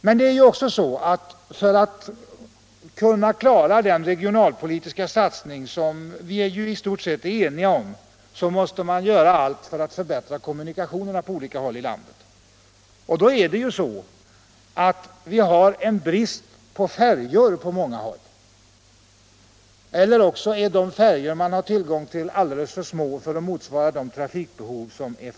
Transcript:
Men för att klara den regionalpolitiska satsning som vi i stort sett är eniga om måste också allt göras för att förbättra kommunikationerna på olika håll i landet. Och nu är det så att vi på många håll har brist på färjor eller också är de färjor som finns alldeles för små för att motsvara trafikbehovet.